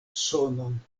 sonon